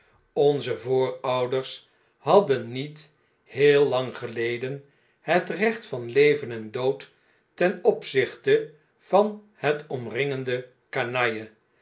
onze voorouders hadden niet heel lang geleden het recht van leven en dood ten opzichte van het omringende